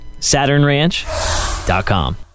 SaturnRanch.com